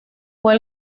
fue